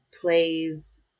plays